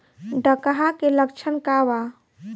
डकहा के लक्षण का वा?